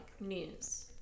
News